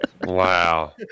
Wow